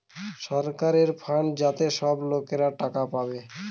সরকারের ফান্ড যেটাতে সব লোকরা টাকা পাবে